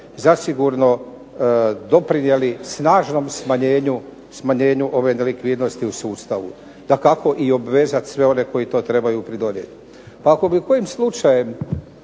zasigurno doprinijeli snažnom smanjenju ove nelikvidnosti u sustavu. Dakako i obvezat sve oni koji to trebaju pridonijeti. Pa, ako bi kojim slučajem